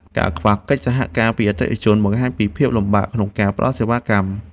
ការខ្វះកិច្ចសហការពីអតិថិជន បង្ហាញពីភាពលំបាកក្នុងការផ្ដល់សេវាកម្ម។